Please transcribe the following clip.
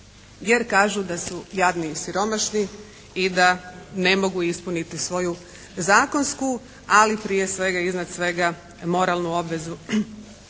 jer kažu da su jadni i siromašni i da ne mogu ispuniti svoju zakonsku ali prije svega i iznad svega moralnu obvezu.